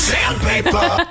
Sandpaper